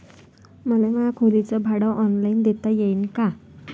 मले माया खोलीच भाड ऑनलाईन देता येईन का?